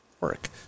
work